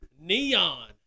Neon